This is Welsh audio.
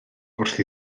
wrth